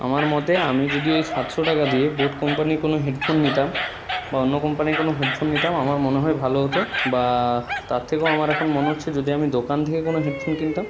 আমার মতে আমি যদি ওই সাতশো টাকা দিয়ে বোট কোম্পানির কোনও হেডফোন নিতাম বা অন্য কোম্পানির কোনও হেডফোন নিতাম আমার মনে হয় ভালো হতো বা তার থেকেও আমার এখন মনে হচ্ছে যদি আমি দোকান থেকে কোনও হেডফোন কিনতাম